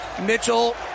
mitchell